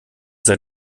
seid